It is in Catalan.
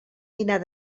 dinar